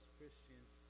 Christians